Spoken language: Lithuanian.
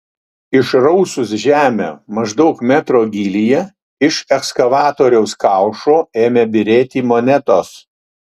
išrausus žemę maždaug metro gylyje iš ekskavatoriaus kaušo ėmė byrėti monetos